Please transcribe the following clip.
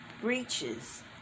breaches